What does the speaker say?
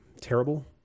terrible